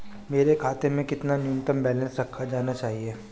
मेरे खाते में कितना न्यूनतम बैलेंस रखा जाना चाहिए?